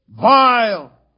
vile